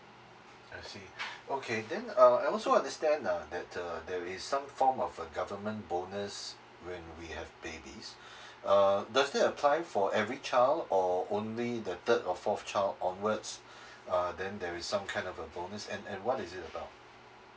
I see okay then uh I also understand uh that uh there is some form of a government bonus when we have babies uh does it apply for every child or only the third or fourth child onwards uh then there is some kind of a bonus and and what is it about